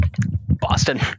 Boston